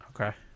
Okay